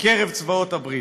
בקרב צבאות הברית.